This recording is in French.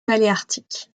paléarctique